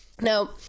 Now